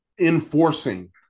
Enforcing